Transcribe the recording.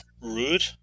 rude